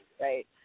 right